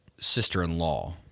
sister-in-law